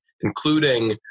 including